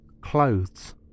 Clothes